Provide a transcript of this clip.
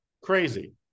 crazy